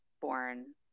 born